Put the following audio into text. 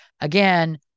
Again